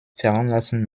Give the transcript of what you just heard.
veranlassen